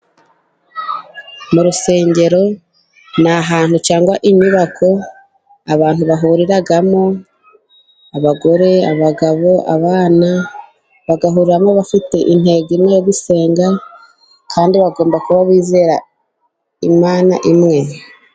Mu rusengero ni ahantu cyangwa inyubako abantu bahuriramo abagore, abagabo, abana bagahuriramo bafite intego imwe yo gusenga kandi bagomba kuba bizera Imana imwe.